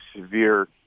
severe